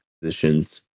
positions